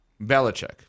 Belichick